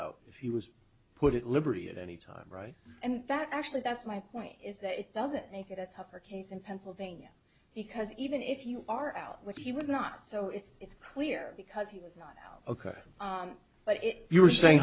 out if he was put at liberty at any time right and that actually that's my point is that it doesn't make it a tougher case in pennsylvania because even if you are out what he was not so it's clear because he was not ok but if you are saying